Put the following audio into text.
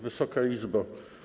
Wysoka Izbo!